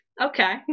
okay